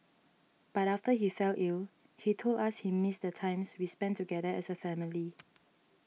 but after he fell ill he told us he missed the times we spent together as a family